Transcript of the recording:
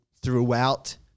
throughout